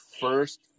first